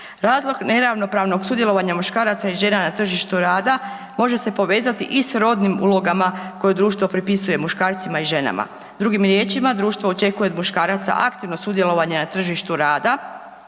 Razlog neravnopravnog sudjelovanja muškaraca i žena na tržištu rada može se povezati i s rodnim ulogama koje društvo pripisuje muškarcima i ženama, drugim riječima, društvo očekuje od muškaraca aktivno sudjelovanje na tržištu rada